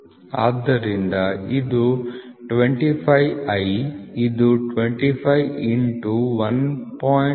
ಆದ್ದರಿಂದ ಇದು 25 i ಇದು 25 1